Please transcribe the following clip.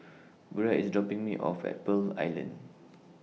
Burrel IS dropping Me off At Pearl Island